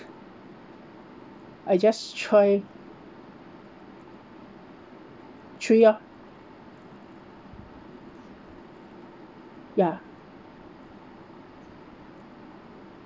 I just try three lor ya